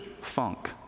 funk